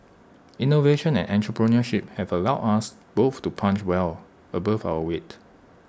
innovation and entrepreneurship have allowed us both to punch well above our weight